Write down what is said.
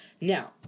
Now